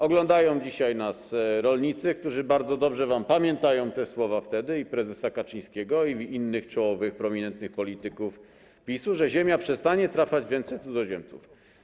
Oglądają nas dzisiaj rolnicy, którzy bardzo dobrze pamiętają te słowa i prezesa Kaczyńskiego, i innych czołowych, prominentnych polityków PiS-u, że ziemia przestanie trafiać w ręce cudzoziemców.